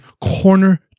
corner